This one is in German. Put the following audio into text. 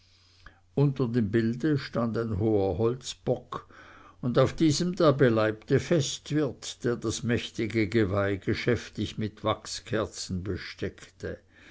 unter dem bilde stand ein hoher holzbock und auf diesem der beleibte festwirt der das mächtige geweih geschäftig mit wachskerzen besteckte